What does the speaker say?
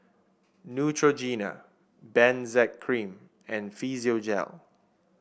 Neutrogena Benzac Cream and Physiogel